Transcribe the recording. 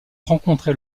rencontré